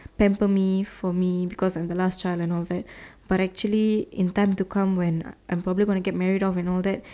pamper me for me because I am the last child and all that but actually in time to come when I am probably gonna get married off and all that